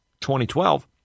2012